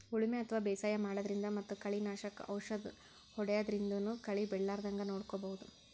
ಉಳಿಮೆ ಅಥವಾ ಬೇಸಾಯ ಮಾಡದ್ರಿನ್ದ್ ಮತ್ತ್ ಕಳಿ ನಾಶಕ್ ಔಷದ್ ಹೋದ್ಯಾದ್ರಿನ್ದನೂ ಕಳಿ ಬೆಳಿಲಾರದಂಗ್ ನೋಡ್ಕೊಬಹುದ್